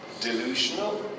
delusional